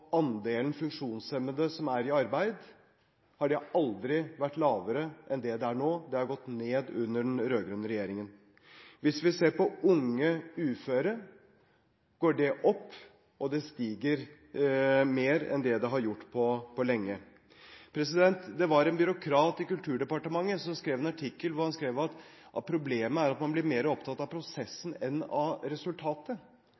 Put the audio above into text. andelen funksjonshemmede som er i arbeid, har den aldri vært lavere enn den er nå. Tallet har gått ned under den rød-grønne regjeringen. Hvis vi ser på unge uføre, går tallet opp, og det stiger mer enn det har gjort på lenge. Det var en byråkrat i Kulturdepartementet som i en artikkel skrev at problemet er at man blir mer opptatt av